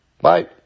Bye